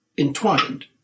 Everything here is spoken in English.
entwined